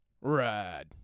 ride